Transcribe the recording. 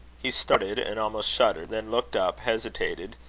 he started, and almost shuddered then looked up, hesitated,